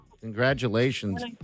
Congratulations